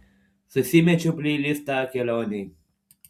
susimečiau pleilistą kelionei